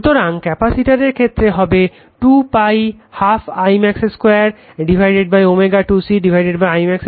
সুতরাং ক্যাপাসিটরের ক্ষেত্রে হবে 2 π 12 I max 2ω2 C I max 2 2 R 1f